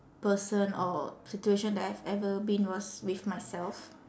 person or situation that I've ever been was with myself